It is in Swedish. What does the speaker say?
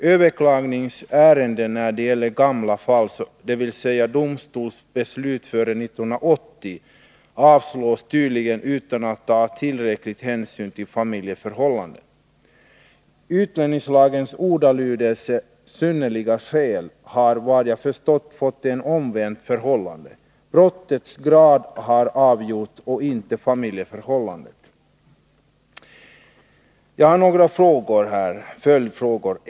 Överklagningsärenden när det gäller gamla fall, dvs. domstolsbeslut före 1980, avslås tydligen utan att tillräcklig hänsyn tas till familjeförhållanden. Utlänningslagens ordalydelse ”synnerliga skäl” har, såvitt jag förstår, fått en omvänd tillämpning. Brottets grad har avgjort och inte familjeförhållandena. Jag har också några följdfrågor.